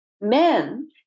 men